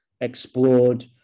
explored